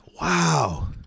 Wow